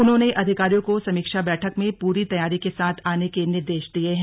उन्होंने अधिकारियों को समीक्षा बैठक में पूरी तैयारी के साथ आने के निर्देश दिये हैं